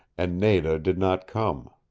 and nada did not come.